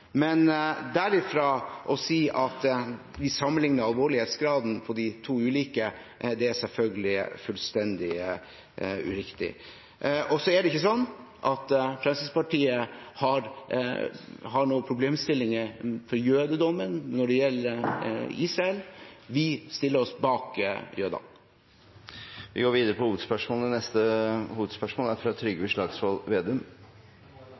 Men ut fra det å si at vi sammenligner alvorlighetsgraden på de to ulike, det er selvfølgelig fullstendig uriktig. Så er det ikke sånn at Fremskrittspartiet har noen problemstillinger overfor jødedommen når det gjelder Israel. Vi stiller oss bak jødene. Vi går til neste hovedspørsmål. Trygve Slagsvold Vedum. – Nei, det er